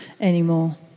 anymore